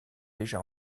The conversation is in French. déjà